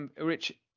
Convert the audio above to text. rich